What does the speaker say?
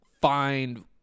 find